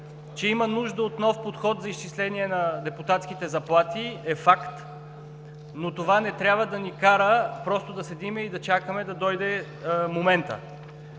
Че има нужда от нов подход за изчисление на депутатските заплати е факт, но това не трябва да ни кара просто да седим и да чакаме да дойде моментът.